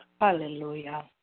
Hallelujah